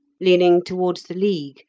leaning towards the league,